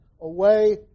away